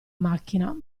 macchina